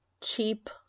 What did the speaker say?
cheap